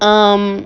um